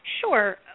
Sure